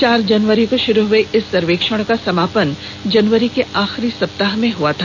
चार जनवरी को शुरू हुए इस सर्वेक्षण का समापन जनवरी के आखिरी सप्ताह में हुआ था